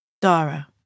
Dara